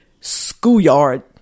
schoolyard